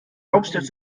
hauptstadt